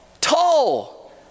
Tall